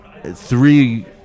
Three